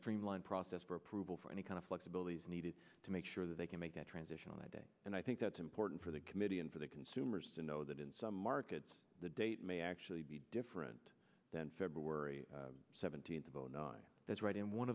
streamline process approval for any kind of flexibility is needed to make sure that they can make that transition on a day and i think that's important for the committee and for the consumers to know that in some markets the date may actually be different than february seventeenth that's right and one